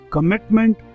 Commitment